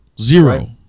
zero